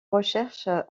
recherches